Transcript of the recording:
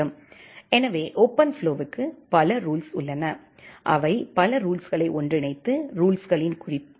எனவே ஓபன்ஃப்ளோவுக்கு பல ரூல்ஸ் உள்ளன அவை பல ரூல்ஸுகளை ஒன்றிணைத்து ரூல்ஸுகளின் குரூப்பை உருவாக்கலாம்